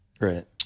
Right